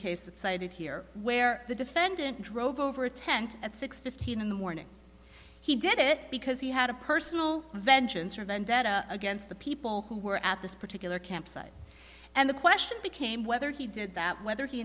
case that cited here where the defendant drove over a tent at six fifteen in the morning he did it because he had a personal vengeance or vendetta against the people who were at this particular campsite and the question became whether he did that whether he